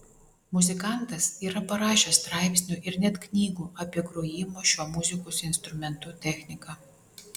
muzikantas yra parašęs straipsnių ir net knygų apie grojimo šiuo muzikos instrumentu techniką